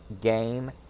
game